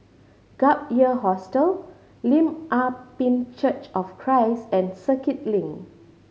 Gap Year Hostel Lim Ah Pin Church of Christ and Circuit Link